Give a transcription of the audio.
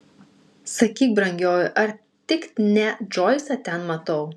sakyk brangioji ar tik ne džoisą ten matau